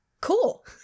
Cool